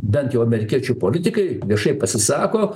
bent jau amerikiečių politikai viešai pasisako